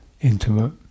intimate